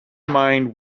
mind